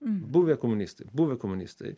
buvę komunistai buvę komunistai